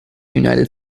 united